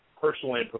personally